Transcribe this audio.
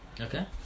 Okay